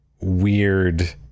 weird